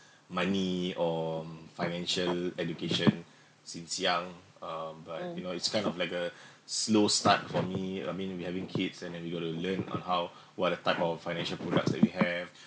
money or financial education since young um but you know it's kind of like a slow start for me I mean we having kids and then we got to learn on how what the type of financial products that we have